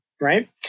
right